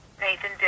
Nathan